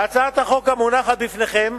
בהצעת החוק המונחת בפניכם